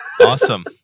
Awesome